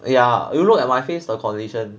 ya you look at my face the condition